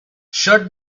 shut